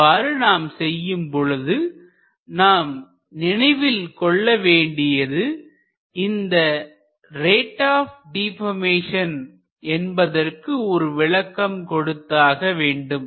அவ்வாறு நாம் செய்யும் பொழுது நாம் நினைவில் கொள்ள வேண்டியது இந்த ரேட் ஆப் டிபர்மேசன் என்பதற்கு ஒரு விளக்கம் கொடுத்தாக வேண்டும்